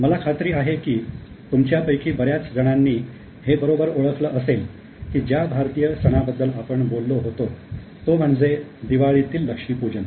मला खात्री आहे की तुमच्यापैकी बऱ्याच जणांनी हे बरोबर ओळखलं असेल की ज्या भारतीय सणाबद्दल आपण बोललो होतो तो म्हणजे दिवाळीतील लक्ष्मीपूजन